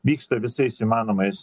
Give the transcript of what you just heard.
vyksta visais įmanomais